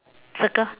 circle